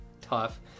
tough